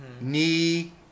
knee